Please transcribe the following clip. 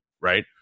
right